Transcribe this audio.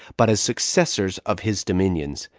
but as successors of his dominions,